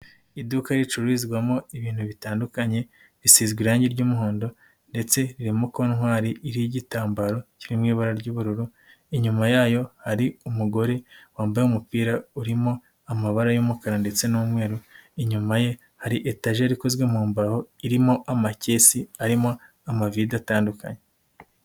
Iduka ricururizwamo ibintu bitandukanye risizwe irangi ry'umuhondo ndetse ririmo ko ntwari iriho igitambaro kiri mu ibara ry'ubururu, inyuma yayo hari umugore wambaye umupira urimo amabara y'umukara ndetse n'umweru, inyuma ye hari etajeri ikozwe mu mbaho irimo amakesi arimo amavide atandukanye.